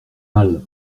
mal